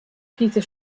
peter